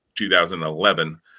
2011